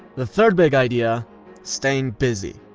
the third big idea staying busy.